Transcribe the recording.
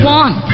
one